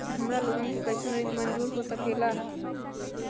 हमार लोगन के कइसन ऋण मंजूर हो सकेला?